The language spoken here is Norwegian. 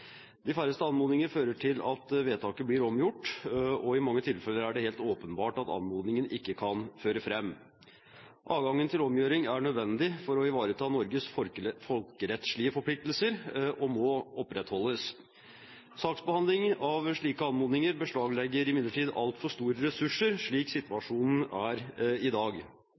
De færreste anmodninger fører til at vedtaket blir omgjort, og i mange tilfeller er det helt åpenbart at anmodningen ikke kan føre fram. Adgangen til omgjøring er nødvendig for å ivareta Norges folkerettslige forpliktelser og må opprettholdes. Saksbehandling av slike anmodninger beslaglegger imidlertid altfor store ressurser, slik situasjonen er i dag.